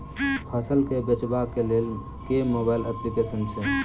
फसल केँ बेचबाक केँ लेल केँ मोबाइल अप्लिकेशन छैय?